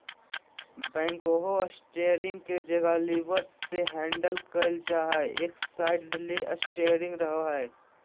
backhoe steering के जगह levers से हैंडल कइल जा हइ, एक साइड ले स्टेयरिंग रहो हइ